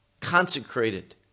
consecrated